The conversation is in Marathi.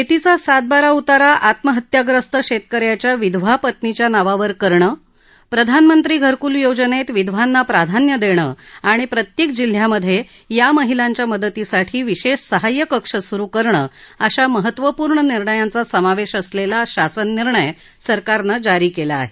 शेतीचा सात बारा उतारा आत्महत्याप्रस्त शेतकऱ्याच्या विधवा पत्नीच्या नावावर करणं प्रधानमंत्री घरकूल योजनेत विधवांना प्राधान्य देणं आणि प्रत्येक जिल्ह्यामध्ये या महिलांच्या मदतीसाठी विशेष सहाय्य कक्ष सुरु करणं अशा महत्वपूर्ण निर्णयांचा समावेश असलेला शासन निर्णय सरकारनं जारी केला आहे